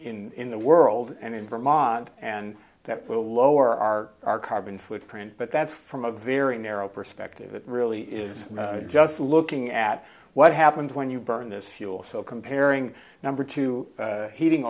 in in the world and in vermont and that will lower our our carbon footprint but that's from a very narrow perspective it really is just looking at what happens when you burn this fuel so comparing number two heating